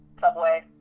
Subway